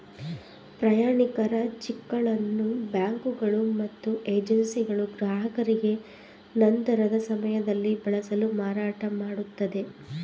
ಪ್ರಯಾಣಿಕರ ಚಿಕ್ಗಳನ್ನು ಬ್ಯಾಂಕುಗಳು ಮತ್ತು ಏಜೆನ್ಸಿಗಳು ಗ್ರಾಹಕರಿಗೆ ನಂತರದ ಸಮಯದಲ್ಲಿ ಬಳಸಲು ಮಾರಾಟಮಾಡುತ್ತದೆ